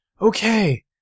Okay